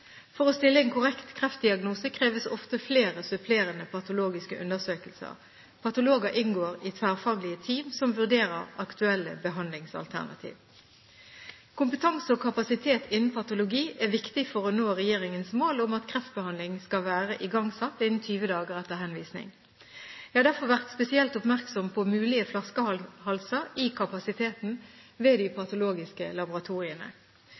For å stille en korrekt kreftdiagnose kreves ofte flere supplerende patologiske undersøkelser. Patologer inngår i tverrfaglige team som vurderer aktuelle behandlingsalternativer. Kompetanse og kapasitet innen patologi er viktig for å nå regjeringens mål om at kreftbehandling skal være igangsatt innen 20 dager etter henvisning. Jeg har derfor vært spesielt oppmerksom på mulige flaskehalser i kapasiteten ved de patologiske laboratoriene.